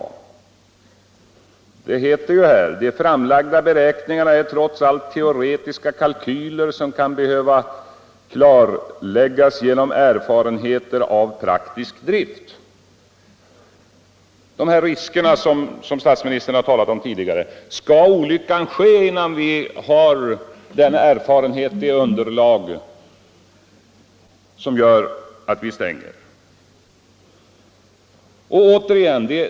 Herr Palme sade ju vid partistyrelsens sammanträde i Sundsvall den 1 februari: ”De framlagda beräkningarna är trots allt teoretiska kalkyler, som kan behöva klarläggas genom erfarenheter av praktisk drift.” Statsministern har tidigare talat om de risker som föreligger, Skall en olycka först ske innan vi har fått den erfarenhet och det underlag som gör att vi stänger kraftverken?